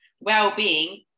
well-being